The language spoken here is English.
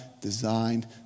designed